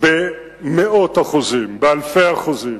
במאות אחוזים, באלפי אחוזים.